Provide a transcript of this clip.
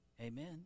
Amen